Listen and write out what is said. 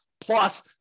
plus